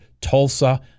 Tulsa